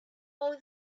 all